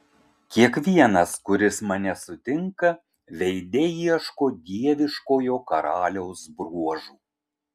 kiekvienas kuris mane sutinka veide ieško dieviškojo karaliaus bruožų